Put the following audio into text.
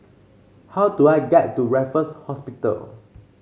how do I get to Raffles Hospital